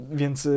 więc